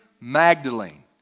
Magdalene